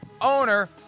owner